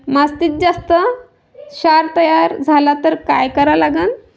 मातीत जास्त क्षार तयार झाला तर काय करा लागन?